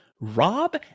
rob